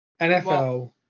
NFL